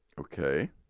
Okay